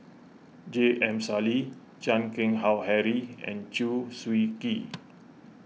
J M Sali Chan Keng Howe Harry and Chew Swee Kee